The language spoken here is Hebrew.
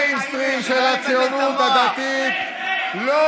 רבני המיינסטרים של הציונות הדתית, רד.